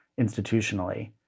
institutionally